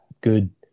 good